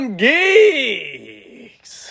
geeks